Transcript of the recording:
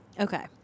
Okay